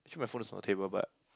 actually my phone is on the table but